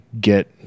get